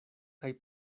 kaj